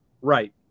Right